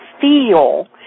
feel